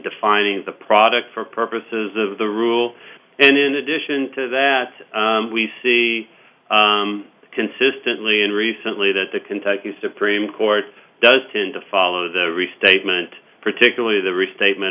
defining the product for purposes of the rule and in addition to that we see consistently in recently that the kentucky supreme court does tend to follow the restatement particularly the restatement